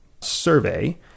survey